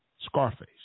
Scarface